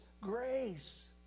grace